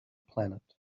planet